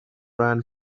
ran